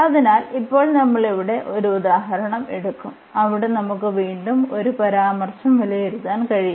അതിനാൽ ഇപ്പോൾ നമ്മൾ ഇവിടെ ഒരു ഉദാഹരണം എടുക്കും അവിടെ നമുക്ക് വീണ്ടും ഒരു പരാമർശം വിലയിരുത്താൻ കഴിയും